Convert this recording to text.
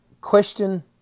question